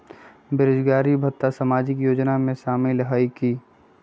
बेरोजगारी भत्ता सामाजिक योजना में शामिल ह ई?